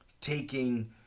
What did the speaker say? taking